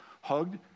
hugged